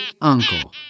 uncle